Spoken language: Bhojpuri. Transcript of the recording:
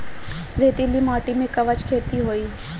रेतीली माटी में कवन खेती होई?